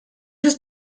ist